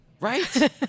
Right